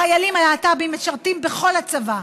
החיילים הלהט"בים משרתים בכל הצבא: